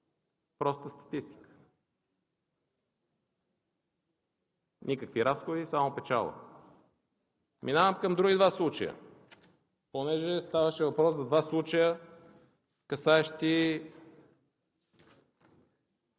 Проста статистика – никакви разходи, само печалба. Минавам към други два случая. Понеже ставаше въпрос за два случая, касаещи